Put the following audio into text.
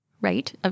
right